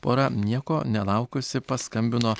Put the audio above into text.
pora nieko nelaukusi paskambino